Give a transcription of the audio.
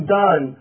done